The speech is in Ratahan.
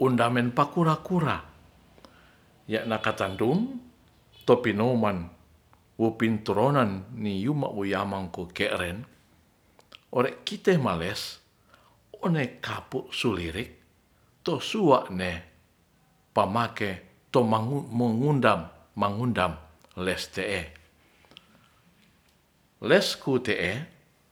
undamen pakura-kura ya nakatandum to pi nowman wopin toronan ni yuma wo yamang ko ke'ren ore kite males onei kapuk sulirik to sua'ne pamake to mongundam, mangundam les te'e les tuku te'e